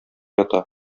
ята